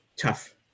tough